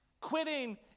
quitting